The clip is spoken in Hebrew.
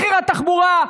מחיר התחבורה,